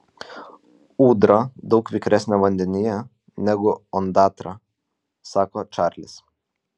ūdra daug vikresnė vandenyje negu ondatra sako čarlis